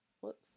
whoops